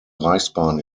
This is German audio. reichsbahn